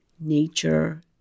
nature